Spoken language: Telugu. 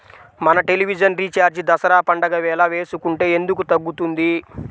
మన టెలివిజన్ రీఛార్జి దసరా పండగ వేళ వేసుకుంటే ఎందుకు తగ్గుతుంది?